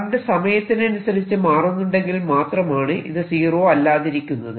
current സമയത്തിനനുസരിച്ച് മാറുന്നുണ്ടെങ്കിൽ മാത്രമാണ് ഇത് സീറോ അല്ലാതിരിക്കുന്നത്